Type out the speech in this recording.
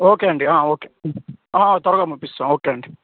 okay అండి okay త్వరగా పంపిస్తాం ఓకే అండి